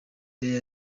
there